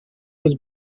was